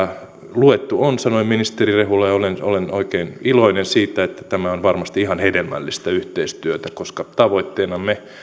luettu on sanoi ministeri rehula ja olen oikein iloinen siitä tämä on varmasti ihan hedelmällistä yhteistyötä koska tavoitteenamme